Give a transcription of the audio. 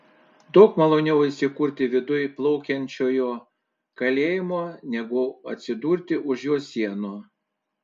daug maloniau įsikurti viduj plaukiančiojo kalėjimo negu atsidurti už jo sienų